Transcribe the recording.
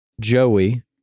Joey